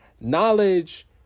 Knowledge